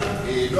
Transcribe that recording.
אופנועים.